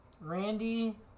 Randy